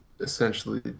essentially